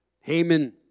Haman